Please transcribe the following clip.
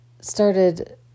started